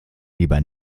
lieber